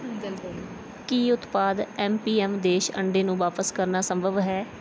ਕੀ ਉਤਪਾਦ M P M ਦੇਸ਼ ਅੰਡੇ ਨੂੰ ਵਾਪਸ ਕਰਨਾ ਸੰਭਵ ਹੈ